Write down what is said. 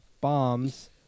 bombs